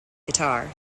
guitar